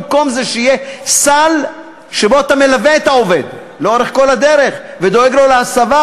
במקום זה יהיה סל שבו אתה מלווה את העובד לאורך כל הדרך ודואג לו להסבה,